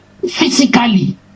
physically